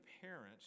parents